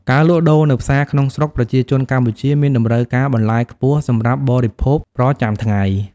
ការលក់ដូរនៅផ្សារក្នុងស្រុកប្រជាជនកម្ពុជាមានតម្រូវការបន្លែខ្ពស់សម្រាប់បរិភោគប្រចាំថ្ងៃ។